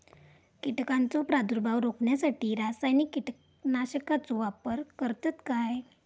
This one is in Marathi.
कीटकांचो प्रादुर्भाव रोखण्यासाठी रासायनिक कीटकनाशकाचो वापर करतत काय?